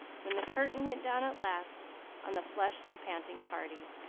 when the curtain went down at last on the flushed and panting party,